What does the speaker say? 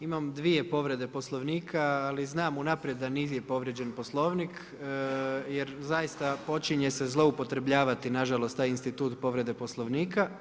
Imam 2 povrede Poslovnika, ali znam unaprijed da nije povrijeđen Poslovnik, jer zaista, počinje se zloupotrebljavati, nažalost, taj institut povrede Poslovnika.